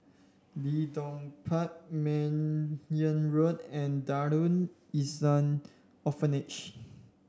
Leedon Park Meyer Road and Darul Ihsan Orphanage